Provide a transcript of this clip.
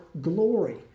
glory